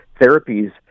therapies